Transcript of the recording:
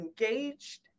engaged